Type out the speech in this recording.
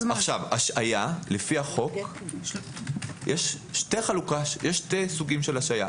השעיה, לפי החוק יש שני סוגים של השעיה.